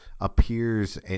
appears